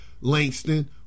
Langston